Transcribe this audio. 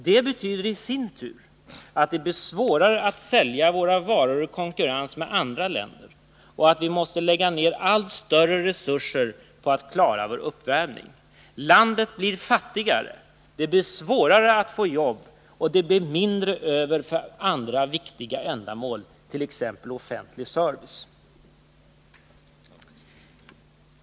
Därmed blir det svårare att sälja våra varor i konkurrens med andra länder, och vi måste lägga ned allt större resurser på att klara vår uppvärmning. Landet blir fattigare, det blir svårare att få jobb och det blir mindre över för andra viktiga ändamål, t.ex. offentlig service.